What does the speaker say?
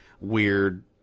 weird